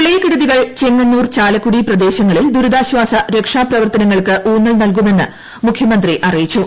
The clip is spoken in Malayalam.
പ്രളയക്കെടുതികൾ ചെങ്ങന്നൂർ ചാലക്കുടി പ്രദേശങ്ങളിൽ ദൂരിതാശ്വാസ രക്ഷാ പ്രവർത്തനങ്ങൾക്ക് ഊന്നൽ നൽകുമെന്ന് മുഖ്യമന്ത്രി അറിയിച്ചു